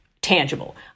Tangible